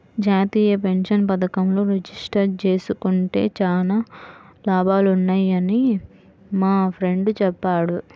జాతీయ పెన్షన్ పథకంలో రిజిస్టర్ జేసుకుంటే చానా లాభాలున్నయ్యని మా ఫ్రెండు చెప్పాడు